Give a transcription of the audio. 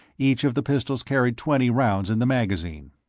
each of the pistols carried twenty rounds in the magazine.